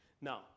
Now